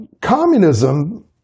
communism